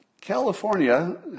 California